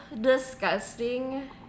disgusting